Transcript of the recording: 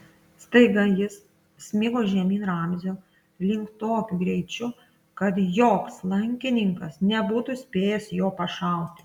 staiga jis smigo žemyn ramzio link tokiu greičiu kad joks lankininkas nebūtų spėjęs jo pašauti